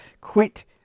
quit